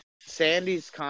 Sandy's